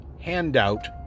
handout